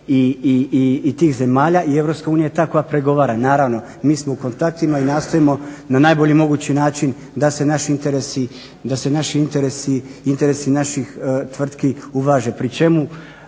i tih zemalja i EU je ta koja pregovora. Naravno mi smo u kontaktima i nastojimo na najbolji mogući način da se naši interesi, interesi naših tvrtki uvaže